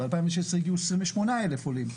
ב-2016 הגיעו 28,000 עולים.